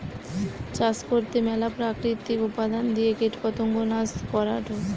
চাষ করতে ম্যালা প্রাকৃতিক উপাদান দিয়ে কীটপতঙ্গ নাশ করাঢু